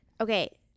Okay